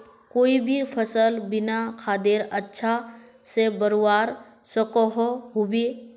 कोई भी सफल बिना खादेर अच्छा से बढ़वार सकोहो होबे?